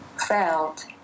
felt